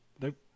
Nope